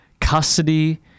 custody